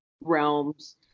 realms